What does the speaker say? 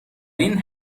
این